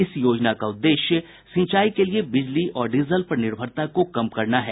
इस योजना का उद्देश्य सिंचाई के लिए बिजली और डीजल पर निर्भरता को कम करना है